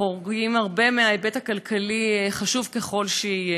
חורגים הרבה מההיבט הכלכלי, חשוב ככל שיהיה.